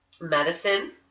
medicine